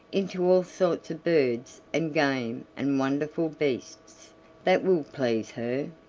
into all sorts of birds and game and wonderful beasts that will please her.